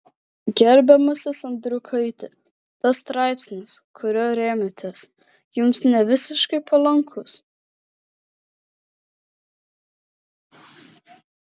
gerbiamasis andriukaiti tas straipsnis kuriuo rėmėtės jums nevisiškai palankus